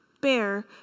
bear